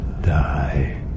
die